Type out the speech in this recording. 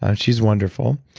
and she's wonderful.